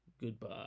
Goodbye